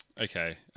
Okay